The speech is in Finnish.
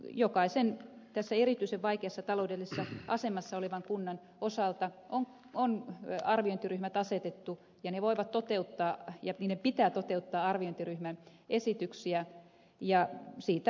jokaisen tässä erityisen vaikeassa taloudellisessa asemassa olevan kunnan osalta on arviointiryhmät asetettu ja ne voivat toteuttaa ja niiden pitää toteuttaa arviointiryhmän esityksiä ja siitä lähdetään